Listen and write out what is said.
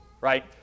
right